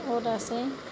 होर असें